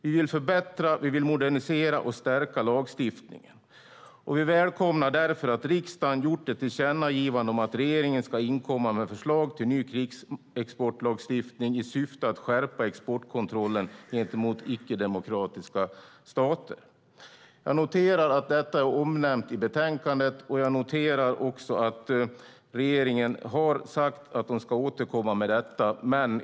Vi vill förbättra, modernisera och stärka lagstiftningen. Vi välkomnar därför att riksdagen gjort ett tillkännagivande om att regeringen ska inkomma med förslag till ny krigsmaterielexportlagstiftning i syfte att skärpa exportkontrollen gentemot icke-demokratiska stater. Jag noterar att detta är omnämnt i betänkandet, och jag noterar också att regeringen har sagt att man ska återkomma med detta.